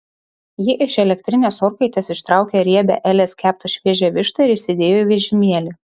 ji iš elektrinės orkaitės ištraukė riebią elės keptą šviežią vištą ir įsidėjo į vežimėlį